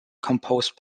composed